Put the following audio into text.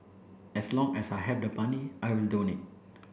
as long as I have the money I will donate